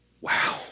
Wow